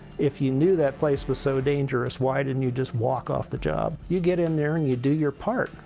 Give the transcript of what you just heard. if you knew that place was so dangerous, why didn't you just walk off the job? you get in there and you do your part,